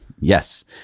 Yes